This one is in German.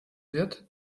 wird